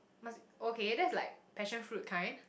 okay that's like passionfruit kind